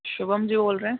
शुभम जी बोल रहे हैं